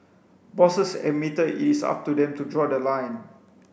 bosses admitted it is up to them to draw the line